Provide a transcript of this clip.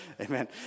amen